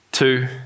Two